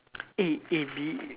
A A B